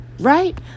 Right